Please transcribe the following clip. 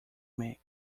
make